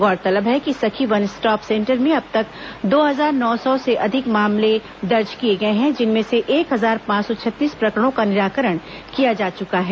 गौरतलब है कि सखी वन स्टॉप सेंटर में अब तक दो हजार नौ सौ से अधिक मामले दर्ज किए गए हैं जिनमें से एक हजार पांच सौ छत्तीस प्रकरणों का निराकरण किया जा चुका है